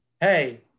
hey